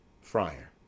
Friar